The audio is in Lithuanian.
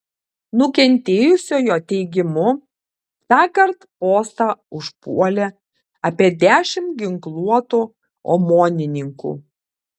nukentėjusiojo teigimu tąkart postą užpuolė apie dešimt ginkluotų omonininkų